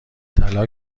طلا